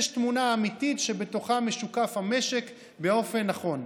יש תמונה אמיתית שבתוכה משוקף המשק באופן נכון.